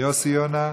יוסי יונה,